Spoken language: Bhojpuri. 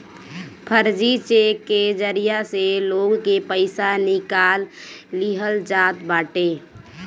फर्जी चेक के जरिया से लोग के पईसा निकाल लिहल जात बाटे